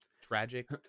tragic